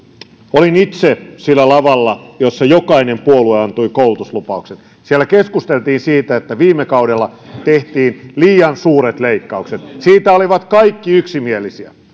olin itse sillä lavalla jolla jokainen puolue antoi koulutuslupaukset siellä keskusteltiin siitä että viime kaudella tehtiin liian suuret leikkaukset siitä olivat kaikki yksimielisiä